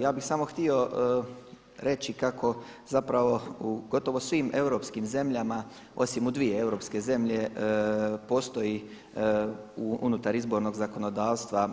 Ja bih samo htio reći kako zapravo u gotovo svim europskim zemljama osim u dvije europske zemlje postoji unutar izbornog zakonodavstva